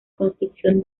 construcción